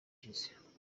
ishize